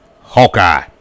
Hawkeye